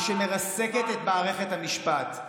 ומרסקת את מערכת המשפט.